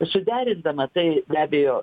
suderindama tai be abejo